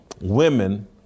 women